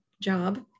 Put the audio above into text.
job